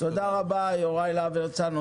תודה רבה, יוראי להב הרצנו.